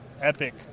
epic